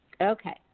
Okay